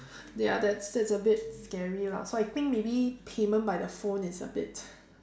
ya that's that's a bit scary lah so I think maybe payment by the phone is a bit